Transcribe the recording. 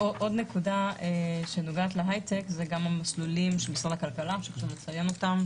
עוד נקודה שנוגעת להייטק זה המסלולים של משרד הכלכלה שחשוב לציין אותם,